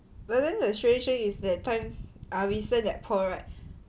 but then the strange thing is that time uh recent that poll right